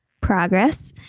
Progress